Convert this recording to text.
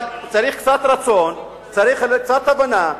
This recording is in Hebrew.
אבל צריך קצת רצון, צריך קצת הבנה.